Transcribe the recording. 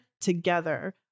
together